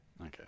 Okay